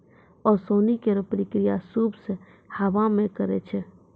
ओसौनी केरो प्रक्रिया सूप सें हवा मे करै छै